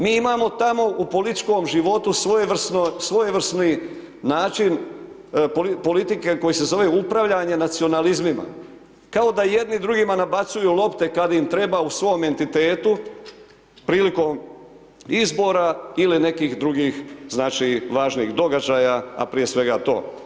Mi imamo tamo u političkom životu svojevrsni način politike koji se zove upravljanje nacionalizmima kao da jedni drugima nabacuju lopte kad im treba u svom entitetu prilikom izbora ili nekih drugih znači važnih događaja a prije svega to.